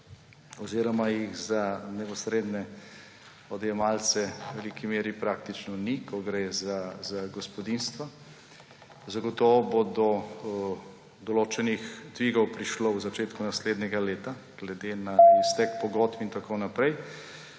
oziroma jih za neposredne odjemalce v veliki meri praktično ni, ko gre za gospodinjstva. Zagotovo bo do določenih dvigov prišlo v začetku naslednjega leta, glede na iztek pogodb in tako naprej,